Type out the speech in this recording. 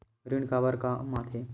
ऋण काबर कम आथे?